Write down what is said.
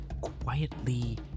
quietly